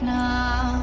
now